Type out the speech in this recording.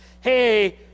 hey